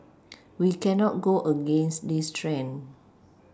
we cannot go against this trend